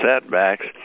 setbacks